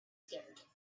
scared